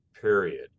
period